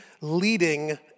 leading